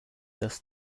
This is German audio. das